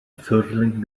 ffurflen